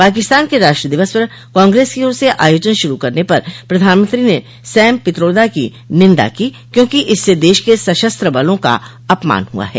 पाकिस्तान के राष्ट्र दिवस पर कांग्रेस की ओर से आयोजन शूरू करने पर प्रधानमंत्री ने सैम पित्रोदा की निंदा की क्योंकि इससे देश के सशस्त्र बलों का अपमान हुआ है